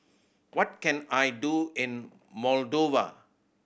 what can I do in Moldova